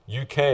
UK